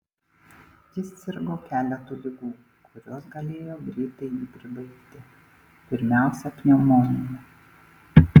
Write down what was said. jis sirgo keletu ligų kurios galėjo greitai jį pribaigti pirmiausia pneumonija